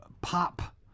pop